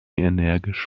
energisch